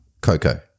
Coco